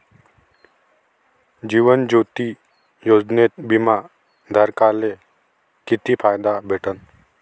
जीवन ज्योती योजनेत बिमा धारकाले किती फायदा भेटन?